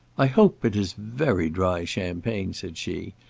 i hope it is very dry champagne, said she,